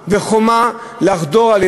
חסימה וחומה מפני חדירה של